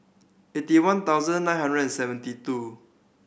eighty one thousand nine hundred and seventy two